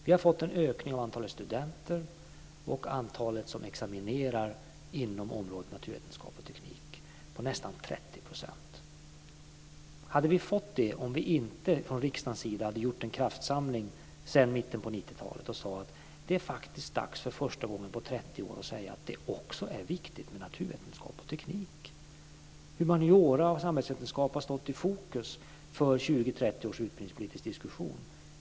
Vi har fått en ökning av antalet studenter och antalet som examinerar inom området naturvetenskap och teknik på nästan 30 %. Man kan undra om vi hade fått det om inte riksdagen hade gjort en kraftsamling i mitten av 90-talet och sagt, för första gången på 30 år: Det är också viktigt med naturvetenskap och teknik. Humaniora och samhällsvetenskap har stått i fokus för 20-30 års utbildningspolitisk diskussion.